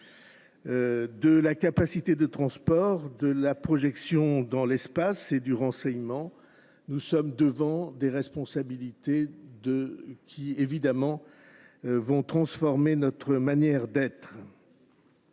les capacités de transport, la projection dans l’espace et le renseignement, nous sommes devant des responsabilités qui, de toute évidence, vont transformer notre manière d’être.